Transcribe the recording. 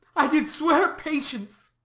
i did swear patience.